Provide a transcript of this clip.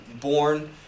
born